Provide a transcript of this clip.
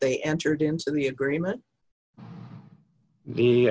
they entered into the agreement